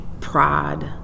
pride